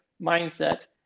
mindset